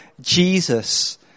Jesus